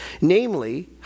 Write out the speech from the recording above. Namely